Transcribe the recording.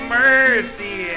mercy